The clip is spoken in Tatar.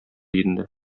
инде